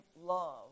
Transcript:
love